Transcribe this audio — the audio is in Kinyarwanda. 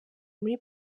muri